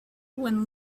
when